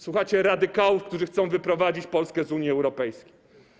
Słuchacie radykałów, którzy chcą wyprowadzić Polskę z Unii Europejskiej.